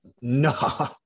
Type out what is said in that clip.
No